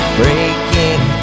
breaking